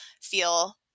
feel